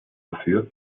dafür